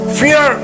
fear